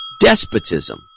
despotism